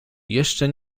jeszcze